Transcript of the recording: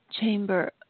chamber